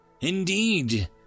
Indeed